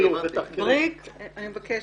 בריק, אני מבקשת.